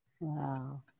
Wow